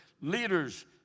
Leaders